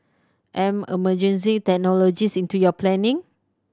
embed emerging technologies into your planning